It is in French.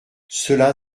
cela